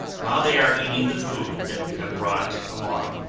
while they are eating the food that we have brought along,